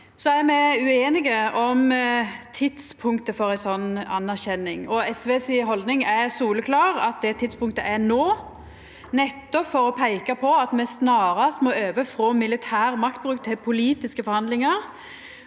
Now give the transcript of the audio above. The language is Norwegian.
er me ueinige om tidspunktet for ei slik anerkjenning, og haldninga til SV er soleklar, at det tidspunktet er no, nettopp for å peika på at me snarast må over frå militær maktbruk til politiske forhandlingar